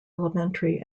elementary